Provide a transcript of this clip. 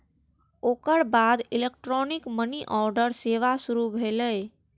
ओकर बाद electronic money order सेवा शुरू भेलै